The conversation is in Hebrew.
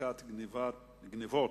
מכת גנבות